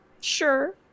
Sure